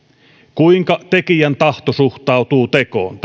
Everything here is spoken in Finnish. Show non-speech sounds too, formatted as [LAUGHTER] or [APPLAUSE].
kuinka tekijän tahto suhtautuu tekoon [UNINTELLIGIBLE]